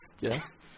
yes